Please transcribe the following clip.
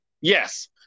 Yes